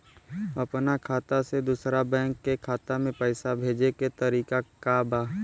अपना खाता से दूसरा बैंक के खाता में पैसा भेजे के तरीका का बा?